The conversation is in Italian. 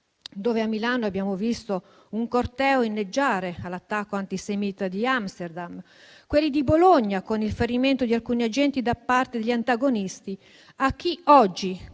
dove a Milano abbiamo visto un corteo inneggiare all'attacco antisemita di Amsterdam, quelli di Bologna, con il ferimento di alcuni agenti da parte degli antagonisti, a chi oggi